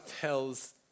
tells